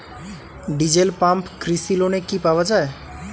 Diesel pump কৃষি লোনে কি পাওয়া য়ায়?